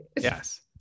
yes